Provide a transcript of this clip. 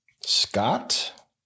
Scott